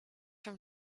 from